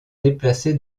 déplacé